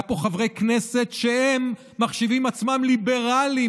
היו פה חברי כנסת שהם מחשיבים עצמם ליברלים,